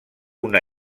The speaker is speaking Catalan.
una